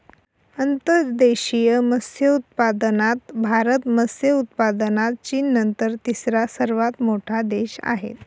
अंतर्देशीय मत्स्योत्पादनात भारत मत्स्य उत्पादनात चीननंतर तिसरा सर्वात मोठा देश आहे